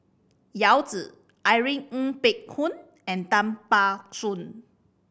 Yao Zi Irene Ng Phek Hoong and Tan Ban Soon